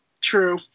True